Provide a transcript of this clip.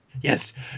Yes